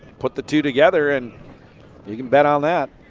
put the two together and you can bet on that.